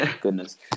Goodness